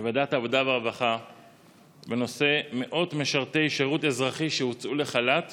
בוועדת העבודה והרווחה בנושא: מאות משרתי שירות אזרחי הוצאו לחל"ת